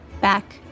back